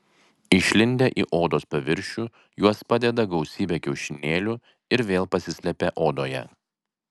išlindę į odos paviršių jos padeda gausybę kiaušinėlių ir vėl pasislepia odoje